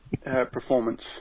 performance